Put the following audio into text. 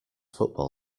football